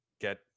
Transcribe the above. get